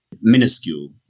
minuscule